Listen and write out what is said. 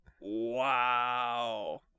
Wow